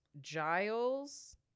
Giles